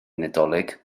nadolig